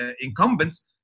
incumbents